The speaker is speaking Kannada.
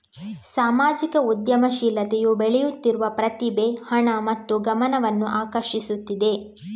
ಸಾಮಾಜಿಕ ಉದ್ಯಮಶೀಲತೆಯು ಬೆಳೆಯುತ್ತಿರುವ ಪ್ರತಿಭೆ, ಹಣ ಮತ್ತು ಗಮನವನ್ನು ಆಕರ್ಷಿಸುತ್ತಿದೆ